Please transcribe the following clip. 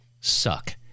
suck